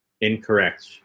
Incorrect